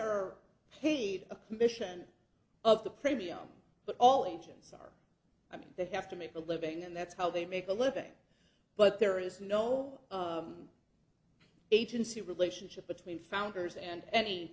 are paid a commission of the premium but all agencies i mean they have to make a living and that's how they make a living but there is no agency relationship between founders and any